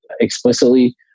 explicitly